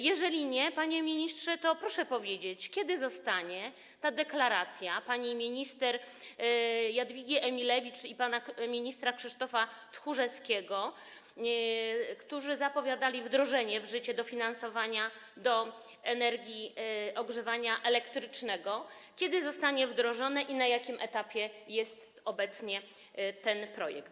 Jeżeli nie, panie ministrze, to proszę powiedzieć, kiedy ta deklaracja pani minister Jadwigi Emilewicz i pana ministra Krzysztofa Tchórzewskiego, którzy zapowiadali wdrożenie w życie dofinansowania ogrzewania elektrycznego, zostanie wdrożona i na jakim etapie jest obecnie ten projekt.